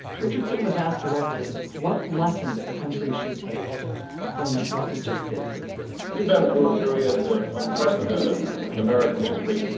richardson was asked directly what lessons the country should take from what we'd just been through we've been through a period unprecedented in american history.